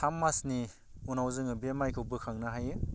थाम मासनि उनाव जोङो बे माइखौ बोखांनो हायो